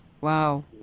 wow